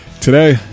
Today